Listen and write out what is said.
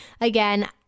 Again